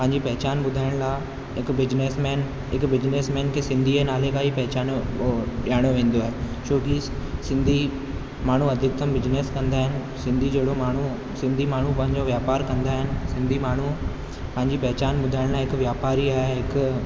पंहिंजी पहचान ॿुधाइण लाइ हिकु बिजनेसमेन हिकु बिजनेसमेन खे सिंधीअ जे नाले खां ई पहचानियो ओ ॼाणियो वेंदो आहे छो की सिंधी माण्हू अधिक्तर बिजनेस कंदा आहिनि सिंधी जहिड़ो माण्हू सिंधी माण्हू पंहिंजो व्यापार कंदा आहिनि सिंधी माण्हू पंहिंजी पहचान ॿुधाइण लाइ हिकु व्यापारी आहे ऐं हिकु